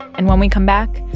and when we come back,